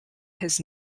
his